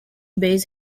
base